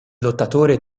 lottatore